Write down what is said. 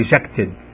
Rejected